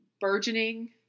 burgeoning